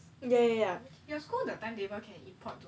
ya ya ya